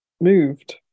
moved